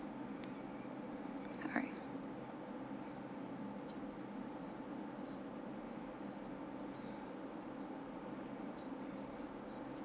alright